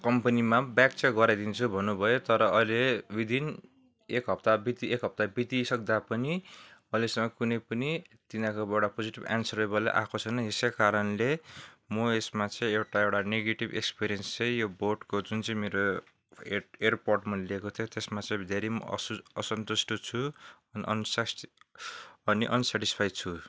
कम्पनीमा ब्याक चाहिँ गराइदिन्छु भन्नुभयो तर अहिले विदिन एक हप्ता बिति एक हप्ता बितिसक्दा पनि अहिलेसम्म कुनै पनि तिनीहरूकोबाट पजिटिभ एन्सरेबेलै आएको छैन यसै कारणले म यसमा चाहिँ एउटा एउटा नेगेटिब एक्सपिरियन्स चाहिँ यो बोटको जुन चाहिँ मेरो एड एयरपड मैले लिएको थिएँ त्यसमा चाहिँ धेरै म असु असुन्तुष्ट छु अनि अन्स्याटि अनि अनस्याटिसफाई छु